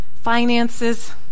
finances